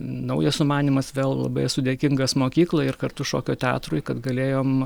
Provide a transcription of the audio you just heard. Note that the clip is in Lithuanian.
naujas sumanymas vėl labai esu dėkingas mokyklai ir kartu šokio teatrui kad galėjom